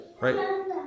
right